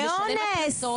לא משנה מה המקרים,